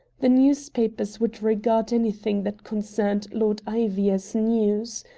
the newspapers would regard anything that concerned lord ivy as news.